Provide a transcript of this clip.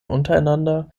untereinander